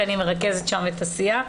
כי אני מרכזת שם את הסיעה.